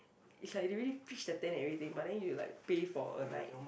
is like they already pitch the tent and everything but then you like pay for a night